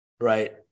Right